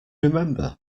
remember